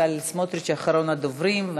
בצלאל סמוטריץ, אחרון הדוברים.